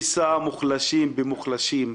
הוא שיסע מוחלשים במוחלשים.